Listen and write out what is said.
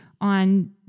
on